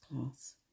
class